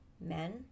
men